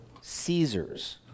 Caesar's